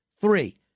Three